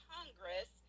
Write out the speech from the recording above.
Congress